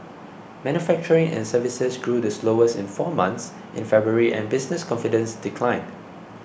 manufacturing and services grew the slowest in four months in February and business confidence declined